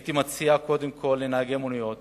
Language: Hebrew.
הייתי מציע קודם כול לנהגי המוניות